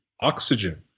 oxygen